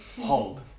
Hold